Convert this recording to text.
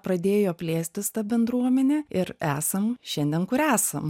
pradėjo plėstis ta bendruomenė ir esam šiandien kur esam